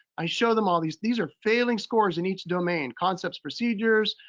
i show them all these. these are failing scores in each domain. concepts, procedures,